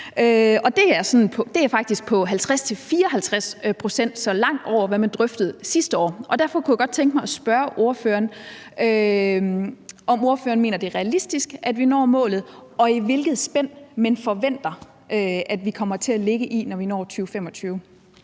Folketinget, på 50-54 pct., så langt over, hvad man drøftede sidste år. Derfor kunne jeg godt tænke mig at spørge ordføreren, om ordføreren mener, at det er realistisk, at vi når målet, og i hvilket spænd man forventer vi kommer til at ligge, når vi når 2025.